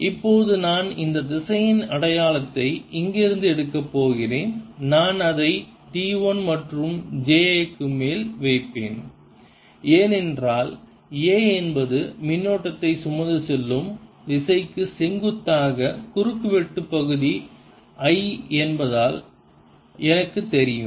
இப்போது நான் இந்த திசையன் அடையாளத்தை இங்கிருந்து எடுக்கப் போகிறேன் நான் அதை dl மற்றும் ja க்கு மேல் வைப்பேன் ஏனென்றால் A என்பது மின்னோட்டத்தை சுமந்து செல்லும் திசைக்கு செங்குத்தாக குறுக்கு வெட்டு பகுதி I என்பதால் எனக்குத் தெரியும்